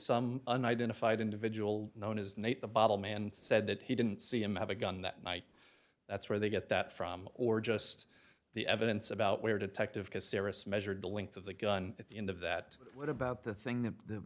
some unidentified individual known as nate the bottle man said that he didn't see him have a gun that night that's where they get that from or just the evidence about where detective a serious measured the length of the gun at the end of that what about the thing th